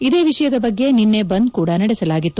ಇದೇ ವಿಷಯದ ಬಗ್ಗೆ ನಿನ್ನೆ ಬಂದ್ ಕೂಡ ನಡೆಸಲಾಗಿತ್ತು